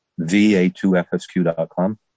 va2fsq.com